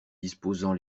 disposant